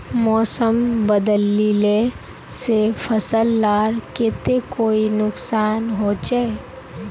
मौसम बदलिले से फसल लार केते कोई नुकसान होचए?